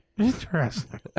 Interesting